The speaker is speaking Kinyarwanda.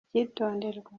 icyitonderwa